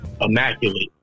immaculate